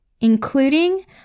including